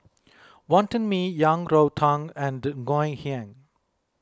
Wonton Mee Yang Rou Tang and Ngoh Hiang